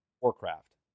Warcraft